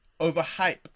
overhype